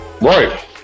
Right